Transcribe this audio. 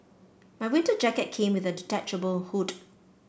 my winter jacket came with a detachable hood